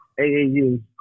AAU